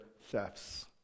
thefts